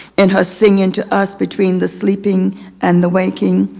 in her singing to us between the sleeping and the waking.